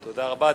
תודה רבה.